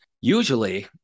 Usually